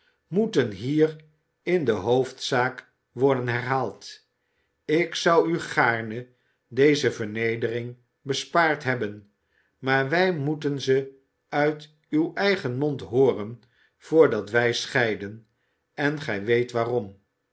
moeten hier in de hoofdzaak worden herhaald ik zou u gaarne deze vernedering bespaard hebben maar wij moeten ze uit uw eigen mond hooren voordat wij scheiden en gij weet waarom